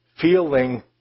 feeling